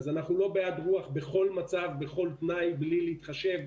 אז אנחנו לא בעד אנרגיית רוח בכל מצב ובכל תנאי ובלי להתחשב,